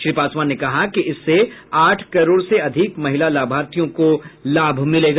श्री पासवान ने कहा कि इससे आठ करोड़ से अधिक महिला लाभार्थियों को लाभ मिलेगा